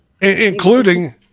including